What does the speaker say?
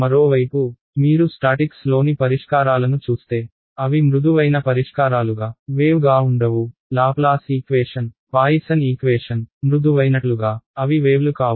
మరోవైపు మీరు స్టాటిక్స్లోని పరిష్కారాలను చూస్తే అవి మృదువైన పరిష్కారాలుగా వేవ్ గా ఉండవు లాప్లేస్ ఈక్వేషన్ పాయిసన్ ఈక్వేషన్Poisson's equation మృదువైనట్లుగా అవి వేవ్లు కావు